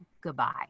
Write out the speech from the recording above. Goodbye